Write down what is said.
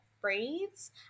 braids